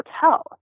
hotel